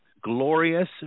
glorious